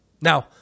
Now